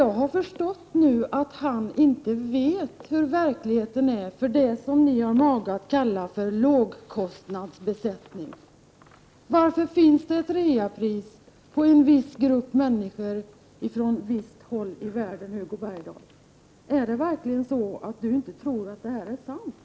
Jag har förstått nu att han inte vet hur verkligheten är för vad ni har mage att kalla för ”lågkostnadsbesättningar”. Varför finns det reapris på en viss grupp människor från visst håll i världen, Hugo Bergdahl? Är det så att Hugo Bergdahl tror att det här inte är sant?